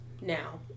now